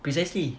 precisely